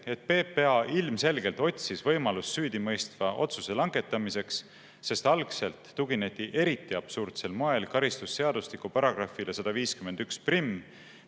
et PPA ilmselgelt otsis võimalust süüdimõistva otsuse langetamiseks, sest algselt tugineti eriti absurdsel moel karistusseadustiku §‑le 1511,